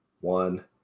one